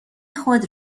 خود